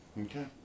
Okay